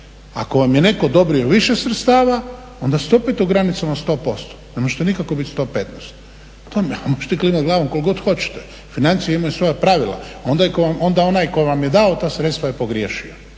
Ako vam je netko odobrio više sredstava, onda ste opet u granicama 100%, ne možete nikako biti 115. Možete klimati glavom koliko god hoćete, financije imaju svoja pravila, onda onaj koji vam je dao ta sredstva je pogriješio